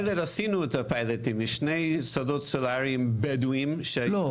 עשינו את הפיילוטים בשני שדות סולאריים בדואיים --- לא.